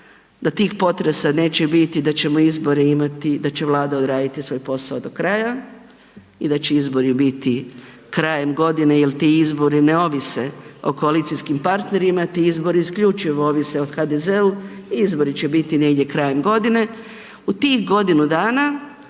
da ćemo izbore imati, da će Vlada odraditi svoj posao do kraja i da će izbori biti krajem godine jer ti izbori ne ovise o koalicijskim partnerima, ti izbori isključivo ovise o HDZ-u, izbori će biti negdje krajem godine. U tih godinu dana